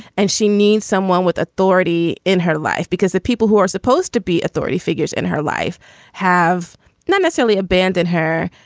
and she needs someone with authority in her life because the people who are supposed to be authority figures in her life have not necessarily abandoned her,